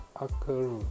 occur